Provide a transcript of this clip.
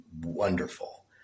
wonderful